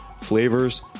flavors